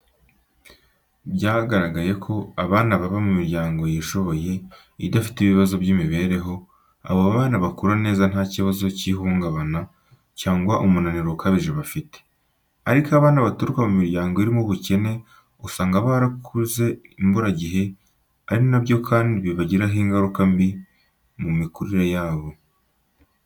Byagaragaye ko abana baba mu miryango yishoboye idafite ibibazo by'imibereho, abo bana bakura neza ntakibazo cy'ihungabana cyangwa umunaniro ukabije bafite. Ariko abana baturuka mu miryango irimo ubukene usanga barakuze imburagihe ari na byo kandi bibagiraho ingaruka mbi mu mikurire yabo.